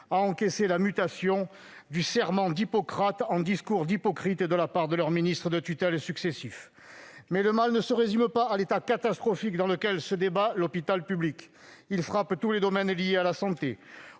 à encaisser la mutation du serment d'Hippocrate en discours d'hypocrite de la part de leurs ministres de tutelle successifs. Le mal ne se résume pas à l'état catastrophique dans lequel se débat l'hôpital public. Il frappe tous les domaines liés à la santé.